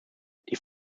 die